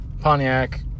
Pontiac